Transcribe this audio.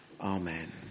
Amen